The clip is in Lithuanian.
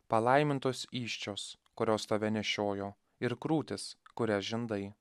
palaimintos įsčios kurios tave nešiojo ir krūtys kurias žindai